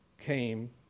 came